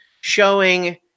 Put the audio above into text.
showing